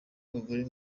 abagore